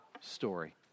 story